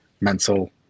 mental